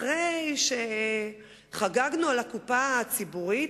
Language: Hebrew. אחרי שחגגנו על הקופה הציבורית,